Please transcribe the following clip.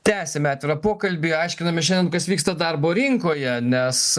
tęsiam atvirą pokalbį aiškinamės šiandien kas vyksta darbo rinkoje nes